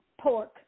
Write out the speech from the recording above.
pork